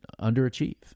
underachieve